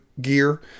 gear